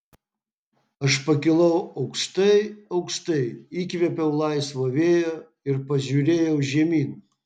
aš pakilau aukštai aukštai įkvėpiau laisvo vėjo ir pažiūrėjau žemyn